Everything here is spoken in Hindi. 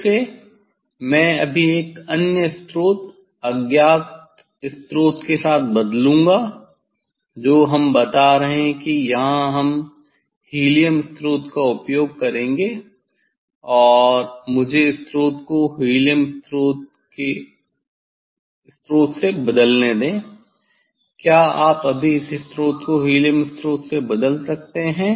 फिर से मैं अभी एक अन्य स्रोत अज्ञात स्रोत के साथ बदलूंगा जो हम बता रहे हैं कि यहां हम हीलियम स्रोत का उपयोग करेंगे और मुझे स्रोत को हीलियम के स्रोत से बदलने दें क्या आप अभी इस स्रोत को हीलियम स्रोत से बदल सकते हैं